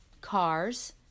cars